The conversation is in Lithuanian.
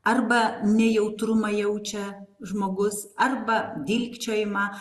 arba nejautrumą jaučia žmogus arba dilgčiojimą